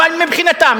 אבל מבחינתם,